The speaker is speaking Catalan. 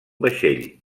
vaixell